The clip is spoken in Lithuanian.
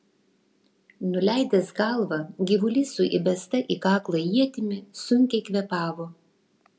nuleidęs galvą gyvulys su įbesta į kaklą ietimi sunkiai kvėpavo